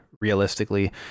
realistically